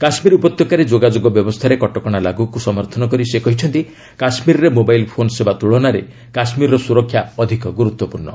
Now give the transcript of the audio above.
କାଶ୍ମୀର ଉପତ୍ୟକାରେ ଯୋଗାଯୋଗ ବ୍ୟବସ୍ଥାରେ କଟକଣା ଲାଗୁକୁ ସମର୍ଥନ କରି ସେ କହିଛନ୍ତି କାଶ୍ମୀରରେ ମୋବାଇଲ ଫୋନ୍ ସେବା ତୁଳନାରେ କାଶ୍ମୀରର ସୁରକ୍ଷା ଅଧିକ ଗୁରୁତ୍ୱପୂର୍ଣ୍ଣ